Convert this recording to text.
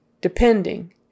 depending